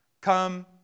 come